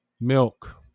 milk